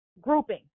Grouping